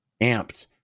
amped